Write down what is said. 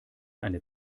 eine